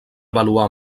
avaluar